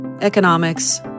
economics